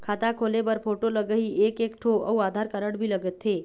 खाता खोले बर फोटो लगही एक एक ठो अउ आधार कारड भी लगथे?